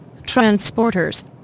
transporters